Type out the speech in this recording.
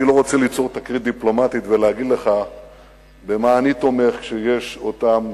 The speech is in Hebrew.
אני לא רוצה ליצור תקרית דיפלומטית ולהגיד לך במה אני תומך כשיש את אותם